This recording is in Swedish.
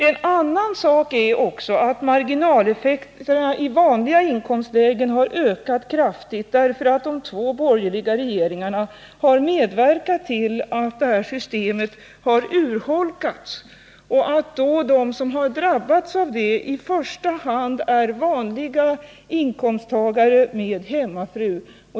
En annan sak är att marginaleffekterna i vanliga inkomstlägen ökat kraftigt därför att de två borgerliga regeringarna har medverkat till att detta system har urholkats. De som i första hand har drabbats av detta är vanliga inkomsttagare med hemmafru.